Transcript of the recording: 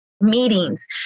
meetings